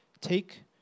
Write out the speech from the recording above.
Take